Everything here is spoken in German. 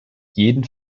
jeden